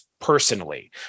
personally